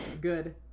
Good